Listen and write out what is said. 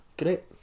Great